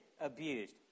abused